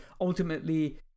ultimately